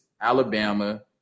Alabama